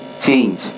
change